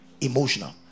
emotional